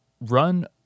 run